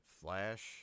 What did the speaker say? Flash